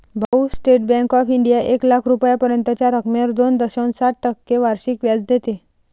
भाऊ, State Bank of India एक लाख रुपयांपर्यंतच्या रकमेवर दोन दशांश सात टक्के वार्षिक व्याज देते